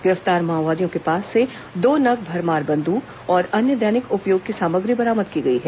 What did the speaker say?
गिरफ्तार माओवादियों के पास से दो नग भरमार बंदूक और अन्य दैनिक उपयोग की सामग्री बरामद की गई हैं